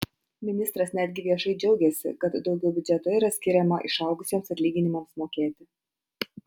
ministras netgi viešai džiaugėsi kad daugiau biudžeto yra skiriama išaugusiems atlyginimams mokėti